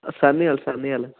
Sahnewal Sahnewal